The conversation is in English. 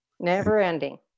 Never-ending